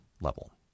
level